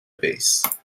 base